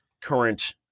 current